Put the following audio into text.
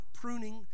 pruning